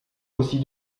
aussi